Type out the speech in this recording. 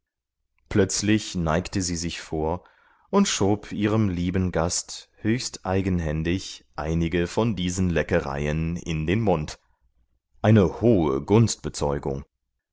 plötzlich neigte sie sich vor und schob ihrem lieben gast höchst eigenhändig einige von diesen leckereien in den mund eine hohe